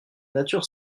nature